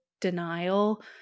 denial